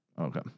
Okay